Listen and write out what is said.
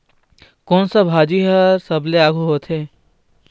कोन सा भाजी हा सबले आघु होथे?